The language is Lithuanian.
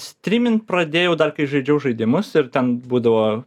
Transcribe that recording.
strymint pradėjau dar kai žaidžiau žaidimus ir ten būdavo